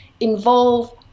involve